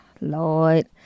Lord